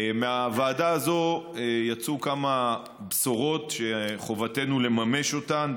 מהוועדה הזאת יצאו כמה בשורות שחובתנו לממש אותן,